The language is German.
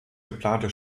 geplante